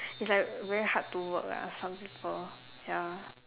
it's like very hard to work lah some people ya